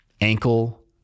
ankle